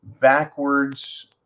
backwards